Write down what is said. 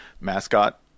mascot